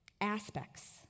Aspects